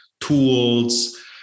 tools